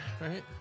right